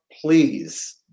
please